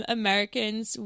americans